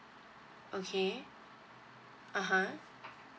okay (uh huh)